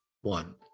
one